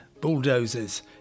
bulldozers